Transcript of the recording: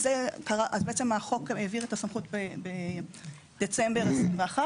החוק העביר את הסמכות בדצמבר 21',